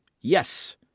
Yes